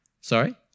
Sorry